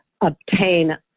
obtain